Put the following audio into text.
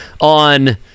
on